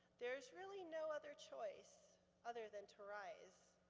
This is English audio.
there's really no other choice other than to rise.